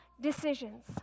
decisions